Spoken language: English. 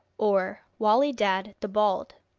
or wali dad the bald.